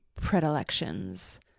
predilections